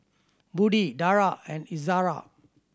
Budi Dara and Izara